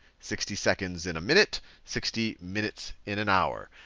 sixty seconds in a minute, sixty minutes in an hour.